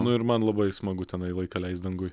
nu ir man labai smagu tenai laiką leist danguj